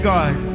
God